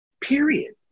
period